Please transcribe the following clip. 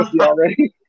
already